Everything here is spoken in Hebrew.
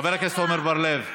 חבר הכנסת עמר בר-לב,